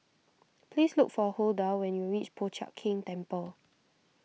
please look for Hulda when you reach Po Chiak Keng Temple